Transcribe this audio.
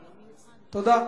תודה.